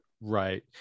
Right